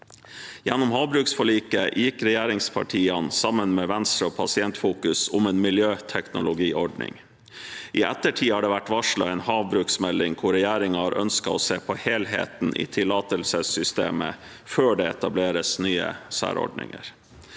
Gjennom havbruksforliket gikk regjeringspartiene sammen med Venstre og Pasientfokus inn for en miljøteknologiordning. I ettertid har det blitt varslet en havbruksmelding, hvor regjeringen har ønsket å se på helheten i tillatelsessystemet før det etableres nye særordninger.